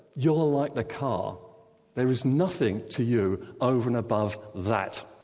you're like the car there is nothing to you over and above that,